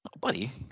buddy